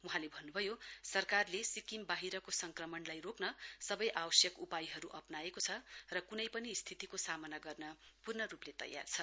वहाँले भन्नुभयो सरकारले सिक्किम वाहिरको संक्रमणलाई रोक्न सबै आवश्यक उपायहरु अप्राएको छ र कुनै पनि स्थितिको सामना गर्न पूर्ण रुपले तयार छ